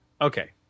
Okay